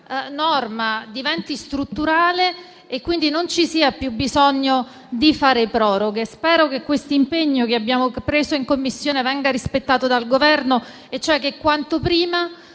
questa norma diventi strutturale e non ci sia più bisogno di fare proroghe. Spero che questo impegno che abbiamo preso in Commissione venga rispettato dal Governo e che quanto prima